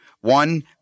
one